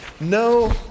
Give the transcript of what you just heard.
No